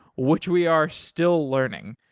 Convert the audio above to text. which we are still learning.